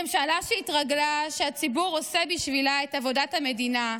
ממשלה שהתרגלה שהציבור עושה בשבילה את עבודת המדינה,